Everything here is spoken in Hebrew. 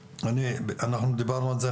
אנחנו דיברנו על זה,